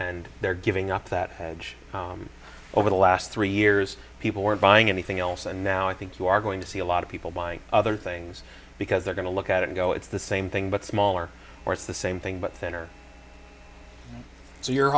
and they're giving up that hedge over the last three years people were buying anything else and now i think you are going to see a lot of people buying other things because they're going to look at and go it's the same thing but smaller or it's the same thing but thinner so you're